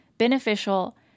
Beneficial